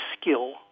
skill